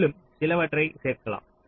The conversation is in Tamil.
மேலும் சிலவற்றைச் சேர்க்கலாம்